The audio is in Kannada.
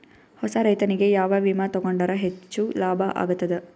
ಹೊಸಾ ರೈತನಿಗೆ ಯಾವ ವಿಮಾ ತೊಗೊಂಡರ ಹೆಚ್ಚು ಲಾಭ ಆಗತದ?